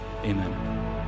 Amen